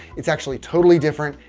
it's actually totally different.